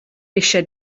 eisiau